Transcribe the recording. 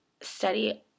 study